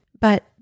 but-